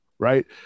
Right